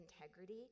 integrity